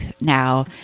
now